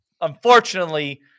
unfortunately